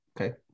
Okay